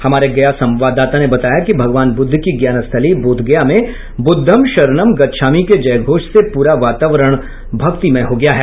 हमारे गया संवाददाता ने बताया कि भगवान बुद्ध की ज्ञान स्थली बोधगया में बुद्धम् शरणम गच्छामि के जयघोष से पूरा वातावरण भक्तिमय हो गया है